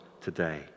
today